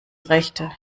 rechte